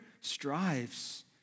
strives